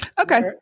Okay